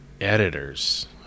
editors